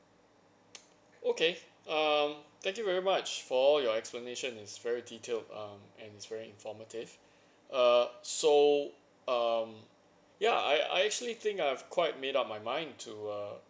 okay um thank you very much for your explanation is very detailed um and it's very informative err so um ya I I actually think I've quite made up my mind to uh